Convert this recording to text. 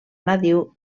nadiu